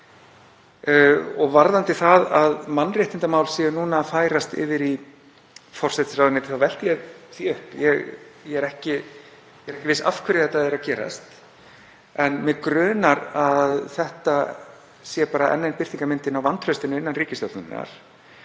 Varðandi það að mannréttindamál séu núna að færast yfir í forsætisráðuneytið þá velti ég því upp, ég er ekki viss af hverju þetta er að gerast en mig grunar að þetta sé bara enn ein birtingarmyndin á vantraustinu innan ríkisstjórnarinnar,